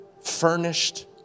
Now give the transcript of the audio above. furnished